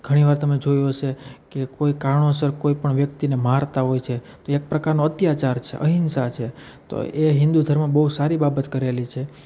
ઘણીવાર તમે જોયું હશે કે કોઈ કારણોસર કોઈપણ વ્યક્તિને મારતા હોય છે તો એક પ્રકારનો અત્યાચાર છે અહિંસા છે તો એ હિન્દુ ધર્મમાં બહુ સારી બાબત કરેલી છે